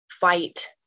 fight